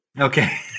Okay